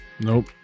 Nope